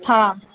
हा